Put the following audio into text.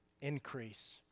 increase